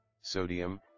sodium